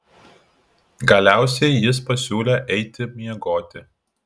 galiausiai jis pasiūlė eiti miegoti